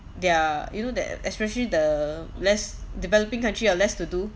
yeah you know that especially the less developing country or less to do